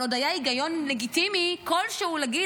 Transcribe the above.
אבל עוד היה היגיון לגיטימי כלשהו להגיד,